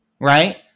right